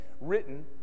written